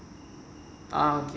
ah okay